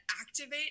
activate